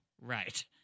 Right